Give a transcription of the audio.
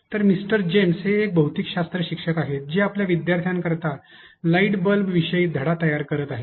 तर mister James हे एक भौतिकशास्त्र शिक्षक आहे जे आपल्या विद्यार्थ्यांकरिता लाइट बल्ब विषयी धडा तयार करत आहेत